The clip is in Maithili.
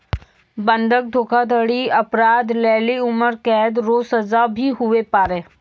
बंधक धोखाधड़ी अपराध लेली उम्रकैद रो सजा भी हुवै पारै